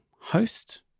host